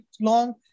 long